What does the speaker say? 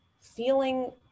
feeling